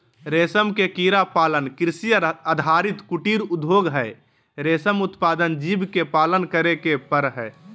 रेशम के कीड़ा पालन कृषि आधारित कुटीर उद्योग हई, रेशम उत्पादक जीव के पालन करे के पड़ हई